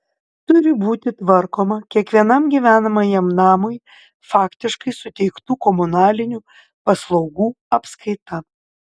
turi būti tvarkoma kiekvienam gyvenamajam namui faktiškai suteiktų komunalinių paslaugų apskaita